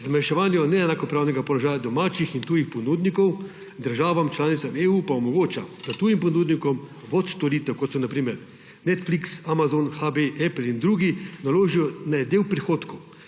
zmanjševanju neenakopravnega položaja domačih in tujih ponudnikov, državam članicam EU pa omogoča, da tujim ponudnikom VOD storitev, kot so na primer Netflix, Amazon, HBO, Apple in drugi, naložijo, da del prihodkov,